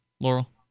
Laurel